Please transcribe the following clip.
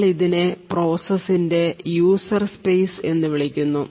നമ്മൾ ഇതിനെ പ്രോസസ്സിന്റെ യൂസർ സ്പേസ് എന്ന് പറയുന്നു